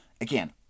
Again